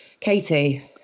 Katie